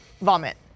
Vomit